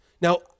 Now